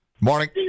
Morning